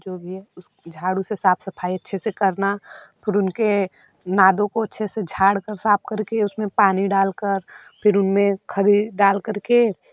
जो भी है उस झाड़ू से साफ़ सफ़ाई अच्छे से करना फिर उनके नादों को अच्छे से झाड़ कर साफ़ करकर उसमें पानी डालकर फिर उनमें खरी डाल करकर